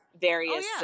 various